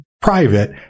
private